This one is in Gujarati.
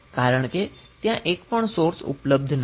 કારણ કે ત્યાં એક પણ સોર્સ ઉપલબ્ધ નથી